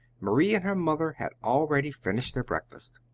marie and her mother had already finished their breakfast.